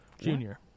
Junior